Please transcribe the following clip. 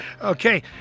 Okay